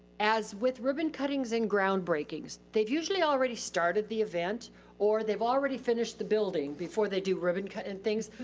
as with ribbon cuttings and ground breakings, they've usually already started the event or they've already finished the building before they do ribbon and things.